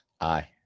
Aye